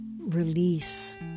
release